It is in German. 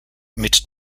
mit